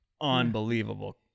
unbelievable